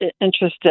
interested